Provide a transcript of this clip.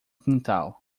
quintal